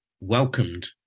welcomed